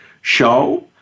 show